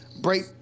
break